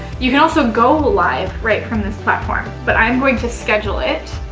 you can also go live right from this platform, but i'm going to schedule it.